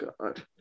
God